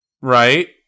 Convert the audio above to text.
Right